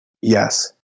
yes